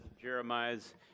Jeremiah's